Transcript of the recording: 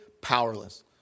powerless